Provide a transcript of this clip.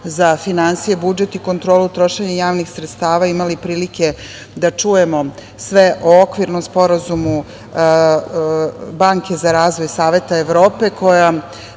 za finansije, budžet i kontrolu trošenja javnih sredstava imali prilike da čujemo sve o okvirnom sporazumu Banke za razvoj Saveta Evrope, koja